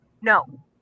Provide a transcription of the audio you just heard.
no